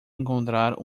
encontrar